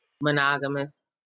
monogamous